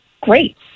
great